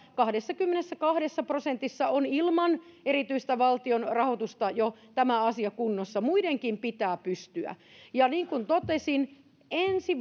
kahdessakymmenessäkahdessa prosentissa hoitokodeissa on ilman erityistä valtion rahoitusta jo tämä asia kunnossa muidenkin pitää pystyä ja niin kuin totesin ensi